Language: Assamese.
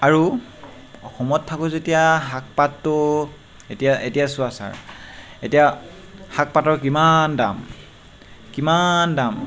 আৰু অসমত থাকোঁ যেতিয়া শাক পাতটো এতিয়া এতিয়া চোৱা ছাৰ এতিয়া শাক পাতৰ কিমান দাম কিমান দাম